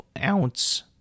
ounce